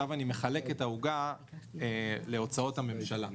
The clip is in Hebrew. בשקף הזה אני מחלק את העוגה להוצאות הממשלה.